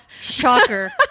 Shocker